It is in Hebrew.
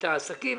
את העסקים,